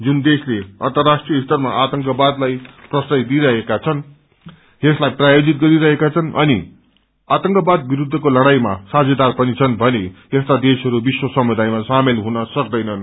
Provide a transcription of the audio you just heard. जुन देशले अर्न्तराष्ट्रिय स्तरमा आतंकवादलाई प्रश्रय दिइरहेका छन् यसलाई प्रायोजित गरिरहेका छन् अनि आतंकवाद विरूद्धस्त्रे तड़ाईमा साझेदार पनि छन् भने यस्ता देशहरू विश्व समुदायमा सामेल हुन सक्दैनन्